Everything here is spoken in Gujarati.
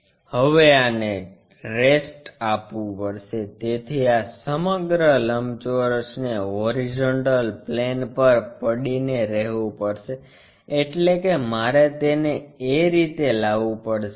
હવે આને રેસ્ટ આપવું પડશે તેથી આ સમગ્ર લંબચોરસને હોરીઝોન્ટલ પ્લેન પર પડીને રહેવું પડશે એટલે કે મારે તેને તે રીતે લાવવું પડશે